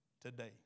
Today